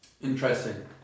Interesting